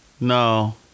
No